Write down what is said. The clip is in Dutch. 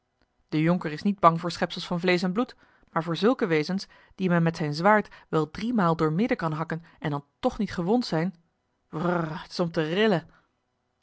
de jonker is niet bang voor schepsels van vleesch en bloed maar voor zulke wezens die men met zijn zwaard wel driemaal doormidden kan hakken en dan toch niet gewond zijn brrr t is om te rillen